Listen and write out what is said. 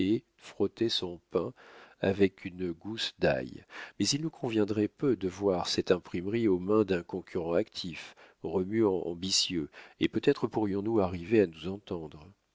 frottait son pain avec une gousse d'ail mais il nous conviendrait peu de voir cette imprimerie aux mains d'un concurrent actif remuant ambitieux et peut-être pourrions-nous arriver à nous entendre